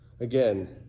Again